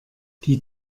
die